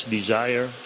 desire